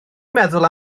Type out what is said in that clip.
meddwl